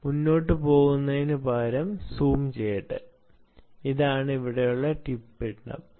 മുന്നോട്ട് പോകുന്നതിനുമുമ്പ് അൽപ്പം സൂം ചെയ്യട്ടെ ഇതാണ് ഇവിടെയുള്ള ടിപ്പ് മാസ്